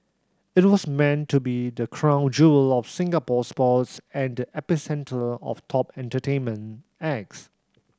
it was meant to be the crown jewel of Singapore sports and the epicentre of top entertainment acts